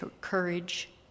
courage